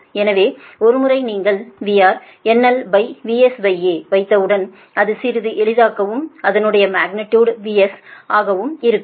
எனவே ஒரு முறை நீங்கள் VRNLVSA வைத்தவுடன் அது சிறிது எளிதாக்கவும் அதனுடைய மக்னிடியுடு VS ஆகவும் இருக்கும்